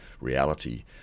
reality